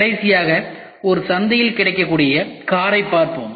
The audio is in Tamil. கடைசியாக ஒரு சந்தையில் கிடைக்கக்கூடிய ஒரு காரைப் பார்ப்போம்